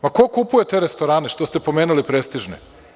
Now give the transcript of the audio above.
Ma ko kupuje te restorane što ste pomenuli prestižne?